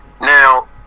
Now